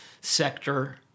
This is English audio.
sector